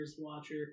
watcher